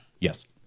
Yes